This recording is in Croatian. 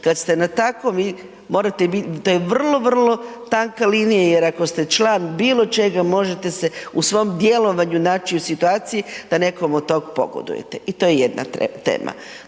morate bit, to je vrlo, vrlo tanka linija jer ako ste član bilo čega možete se u svom djelovanju naći u situaciji da nekom od tog pogodujete i to je jedna tema.